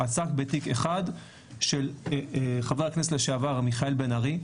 עסק בתיק אחד של חבר הכנסת לשעבר מיכאל בן ארי.